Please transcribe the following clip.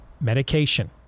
medication